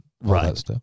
Right